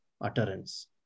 utterance